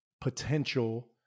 potential